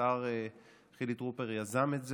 השר חילי טרופר יזם את זה,